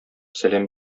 сәлам